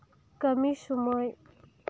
ᱠᱟᱹᱢᱤ ᱥᱩᱢᱟᱹᱭ